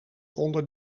onder